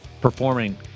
performing